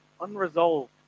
unresolved